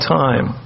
time